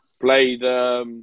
Played